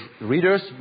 readers